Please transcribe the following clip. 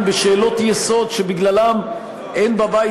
כאן דיון אמיתי בשאלות יסוד שבגללן אין בבית